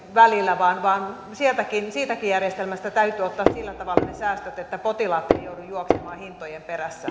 välillä vaan vaan siitäkin siitäkin järjestelmästä täytyy ottaa sillä tavalla ne säästöt että potilaat eivät joudu juoksemaan hintojen perässä